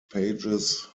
pages